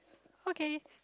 okay